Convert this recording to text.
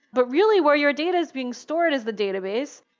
but really, where your data is being stored is the database.